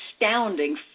astounding